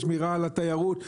שמירה על התיירות.